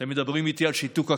אתם מדברים איתי על שיתוק הכנסת?